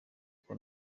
kuko